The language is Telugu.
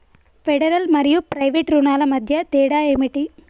ఫెడరల్ మరియు ప్రైవేట్ రుణాల మధ్య తేడా ఏమిటి?